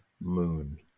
Moon